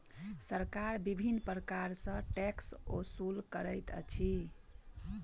सरकार विभिन्न प्रकार सॅ टैक्स ओसूल करैत अछि